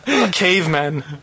Cavemen